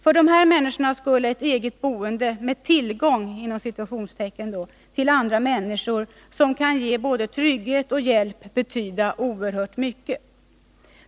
För dem skulle ett eget boende med ”tillgång” till andra människor, som kan ge både trygghet och hjälp, betyda oerhört mycket.